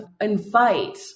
invite